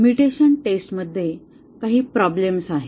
mutation टेस्टमध्ये काही problems आहेत